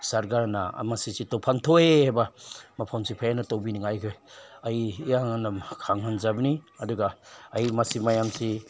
ꯁꯔꯀꯥꯔꯅ ꯑꯃ ꯁꯤꯁꯤ ꯇꯧꯐꯝ ꯊꯣꯛꯏ ꯍꯥꯏꯕ ꯃꯐꯝꯁꯤ ꯍꯦꯟꯅ ꯇꯧꯕꯤꯅꯤꯡꯉꯥꯏꯒꯤ ꯑꯩ ꯏꯍꯥꯟ ꯍꯥꯟꯅ ꯈꯪꯍꯟꯖꯕꯅꯤ ꯑꯗꯨꯒ ꯑꯩ ꯃꯁꯤ ꯃꯌꯥꯝꯁꯤ